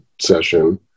session